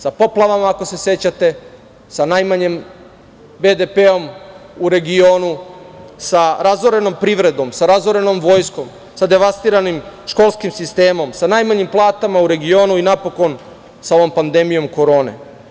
Sa poplavama ako se sećate, sa najmanjim BDP u regionu, sa razorenom privredom, sa razorenom vojskom, sa devastiranim školskim sistemom, sa najmanjim platama u regionu i napokon, sa ovom pandemijom Korone.